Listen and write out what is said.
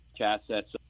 assets